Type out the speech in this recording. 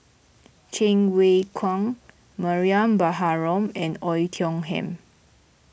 Cheng Wai Keung Mariam Baharom and Oei Tiong Ham